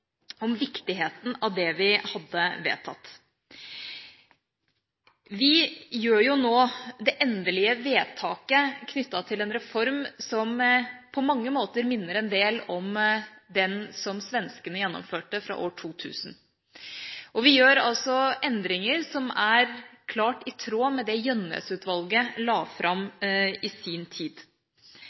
om viktigheten av det vi hadde vedtatt. Vi gjør nå det endelige vedtaket knyttet til en reform som på mange måter minner en del om den svenskene gjennomførte fra år 2000. Vi gjør endringer som er klart i tråd med det Gjønnes-utvalget la fram i sin tid.